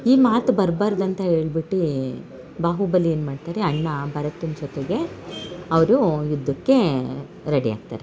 ಈ ಮಾತು ಬರ್ಬಾರ್ದು ಅಂತ ಹೇಳ್ಬಿಟ್ಟಿ ಬಾಹುಬಲಿ ಏನು ಮಾಡ್ತಾರೆ ಅಣ್ಣ ಭರತನ ಜೊತೆಗೆ ಅವರು ಯುದ್ಧಕ್ಕೆ ರೆಡಿ ಆಗ್ತಾರೆ